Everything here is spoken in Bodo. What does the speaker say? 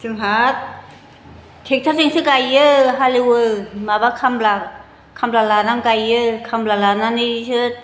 जोंहा ट्रेक्ट'रजोंसो गायो हालेवो माबा खामला लानानै गायो खामला लानानैसो